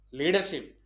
leadership